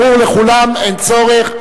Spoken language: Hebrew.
ברור לכולם, אין צורך.